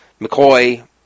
McCoy